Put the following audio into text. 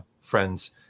friends